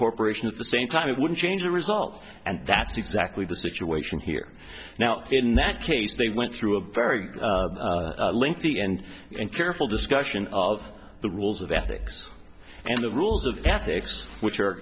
corporation at the same time it would change the result and that's exactly the situation here now in that case they went through a very lengthy and and careful discussion of the rules of ethics and the rules of ethics which are